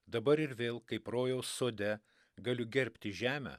dabar ir vėl kaip rojaus sode galiu gerbti žemę